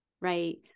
right